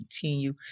continue